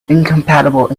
incompatible